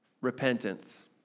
repentance